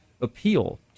appeal